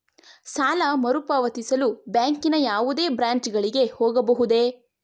ಸಾಲ ಮರುಪಾವತಿಸಲು ಬ್ಯಾಂಕಿನ ಯಾವುದೇ ಬ್ರಾಂಚ್ ಗಳಿಗೆ ಹೋಗಬಹುದೇ?